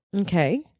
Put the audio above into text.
Okay